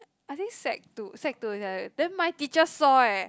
I think set to set to each other then my teacher saw eh